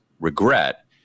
regret